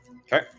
Okay